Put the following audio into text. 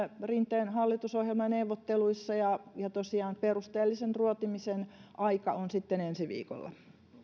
rinteen hallitusohjelmaneuvotteluissa ja ja tosiaan perusteellisen ruotimisen aika on sitten ensi viikolla